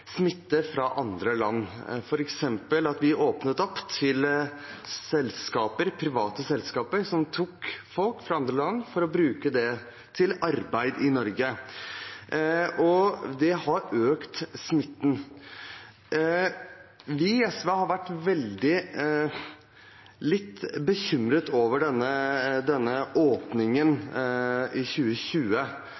smitte fra andre land, f.eks. ved at vi åpnet opp for at private selskaper kunne hente folk fra andre land for å arbeide i Norge. Det har økt smitten. Vi i SV har vært litt bekymret over denne åpningen